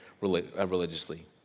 religiously